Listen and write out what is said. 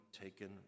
taken